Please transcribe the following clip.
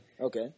Okay